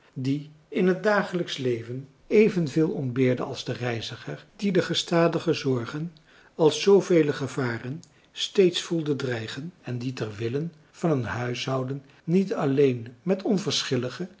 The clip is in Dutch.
die in het dagelijksch leven evenveel ontbeerde als de reiziger die de gestadige zorgen als zoovele gevaren steeds voelde dreigen die ter wille van een huishouden niet alleen met